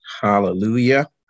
Hallelujah